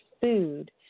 food